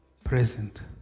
Present